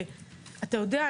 אתה יודע,